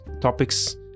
topics